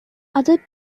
other